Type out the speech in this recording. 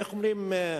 איך אומרים?